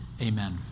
Amen